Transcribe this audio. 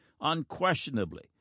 Unquestionably